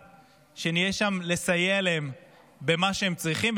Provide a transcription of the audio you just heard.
הם צריכים אותנו שנהיה שם לסייע להם במה שהם צריכים,